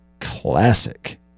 classic